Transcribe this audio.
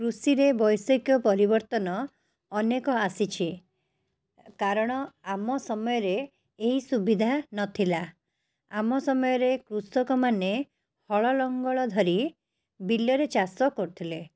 କୃଷିରେ ବୈଷୟକ ପରିବର୍ତ୍ତନ ଅନେକ ଆସିଛି କାରଣ ଆମ ସମୟରେ ଏହି ସୁବିଧା ନଥିଲା ଆମ ସମୟରେ କୃଷକମାନେ ହଳ ଲଙ୍ଗଳ ଧରି ବିଲରେ ଚାଷ କରୁଥିଲେ